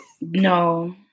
No